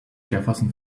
jefferson